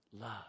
love